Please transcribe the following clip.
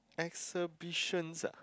exhibitions ah